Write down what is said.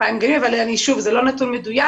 2,000 גנים, אבל שוב, זה לא נתון מדויק.